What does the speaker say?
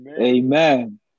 Amen